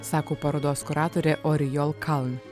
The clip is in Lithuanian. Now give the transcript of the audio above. sako parodos kuratorė orijol kaln